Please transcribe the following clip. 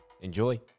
Enjoy